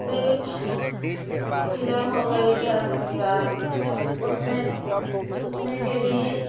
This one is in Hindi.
से फिल्म हो गई घर परिवार उसमें उसमें के भी